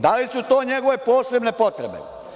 Da li su to njegove posebne potrebe?